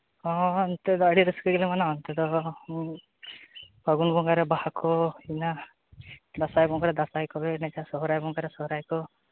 ᱦᱚᱸ ᱱᱚᱛᱮ ᱫᱚ ᱟᱹᱰᱤ ᱨᱟᱹᱥᱠᱟᱹ ᱜᱮᱞᱮ ᱢᱟᱱᱟᱣᱟ ᱱᱚᱛᱮ ᱫᱚ ᱯᱷᱟᱹᱜᱩᱱ ᱵᱚᱸᱜᱟ ᱨᱮ ᱵᱟᱦᱟ ᱠᱚ ᱦᱩᱭᱱᱟ ᱫᱟᱸᱥᱟᱭ ᱵᱚᱸᱜᱟ ᱨᱮ ᱫᱟᱸᱥᱟᱭ ᱠᱚ ᱦᱩᱭᱱᱟ ᱥᱚᱨᱦᱟᱭ ᱵᱚᱸᱜᱟ ᱨᱮ ᱥᱚᱦᱨᱟᱭ ᱠᱚ